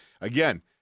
again